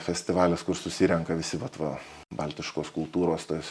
festivalis kur susirenka visi vat va baltiškos kultūros tas